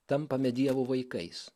tampame dievo vaikais